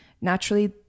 naturally